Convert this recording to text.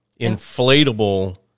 inflatable